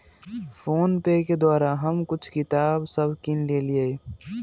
PhonePe के द्वारा हम कुछ किताप सभ किनलियइ